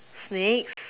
snakes